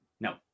No